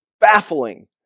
baffling